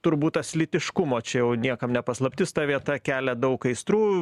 turbūt tas lytiškumo čia jau niekam ne paslaptis ta vieta kelia daug aistrų